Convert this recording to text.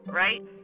right